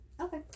Okay